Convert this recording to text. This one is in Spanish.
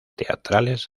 teatrales